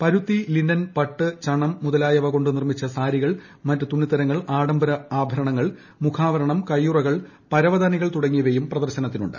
പരുത്തി ലിനെൻ പട്ട് ചണം മുതലായ്പ്പ് കൊണ്ടു നിർമമ്മിച്ച സാരികൾ മറ്റ് തുണിത്തരങ്ങൾ ആഡ്രബ്ര ആഭരണങ്ങൾ മുഖാവരണം കൈയ്യുറകൾ പരവതാനികൾ തുടങ്ങിയവയും പ്രദർശനത്തിനുണ്ട്